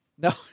No